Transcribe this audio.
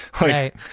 Right